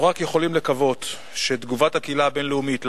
אנו רק יכולים לקוות שתגובת הקהילה הבין-לאומית על